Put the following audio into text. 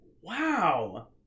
Wow